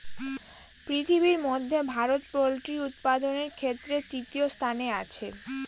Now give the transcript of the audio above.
পৃথিবীর মধ্যে ভারত পোল্ট্রি উৎপাদনের ক্ষেত্রে তৃতীয় স্থানে আছে